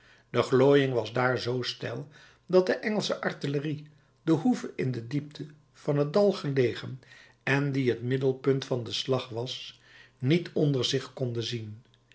de glooiing was daar zoo steil dat de engelsche artillerie de hoeve in de diepte van het dal gelegen en die het middelpunt van den slag was niet onder zich konde zien